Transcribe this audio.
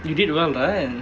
you did well right